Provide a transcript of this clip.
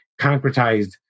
concretized